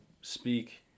speak